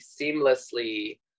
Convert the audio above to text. seamlessly